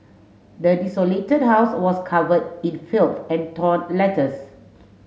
the desolated house was covered in filth and torn letters